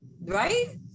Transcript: Right